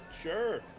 sure